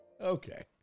Okay